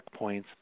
checkpoints